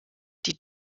die